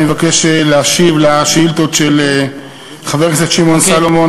אני מבקש להשיב על שאילתות של חבר הכנסת שמעון סולומון,